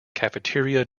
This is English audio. cafeteria